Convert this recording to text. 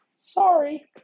Sorry